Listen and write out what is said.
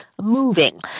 moving